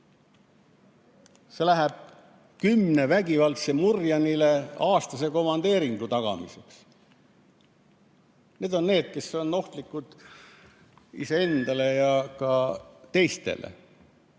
See läheb kümnele vägivaldsele murjanile aastase komandeeringu tagamiseks. Need on need, kes on ohtlikud iseendale ja ka teistele,